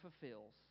fulfills